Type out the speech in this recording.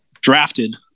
drafted